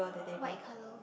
white color